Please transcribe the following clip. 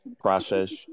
process